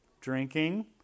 drinking